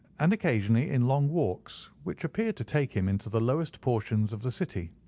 and occasionally in long walks, which appeared to take him into the lowest portions of the city.